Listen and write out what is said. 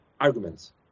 arguments